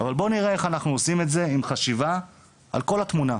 אבל בוא נראה איך אנחנו עושים את זה עם חשיבה על כל התמונה.